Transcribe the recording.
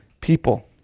people